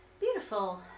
beautiful